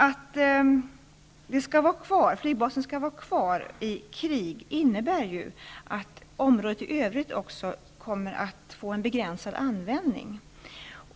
Att flygbasen skall vara kvar i krig innebär ju att området i övrigt kommer att få en begränsad användning.